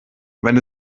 wenn